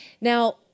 Now